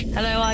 Hello